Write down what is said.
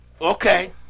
okay